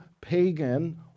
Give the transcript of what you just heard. pagan